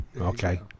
Okay